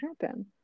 happen